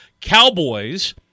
Cowboys